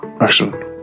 Excellent